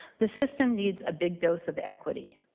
the system needs a big dose of equity.